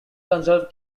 conserved